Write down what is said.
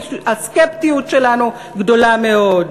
הסקפטיות שלנו גדולה מאוד.